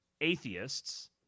atheists